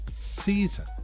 season